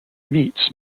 meats